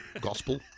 gospel